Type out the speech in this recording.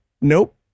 nope